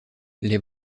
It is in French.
les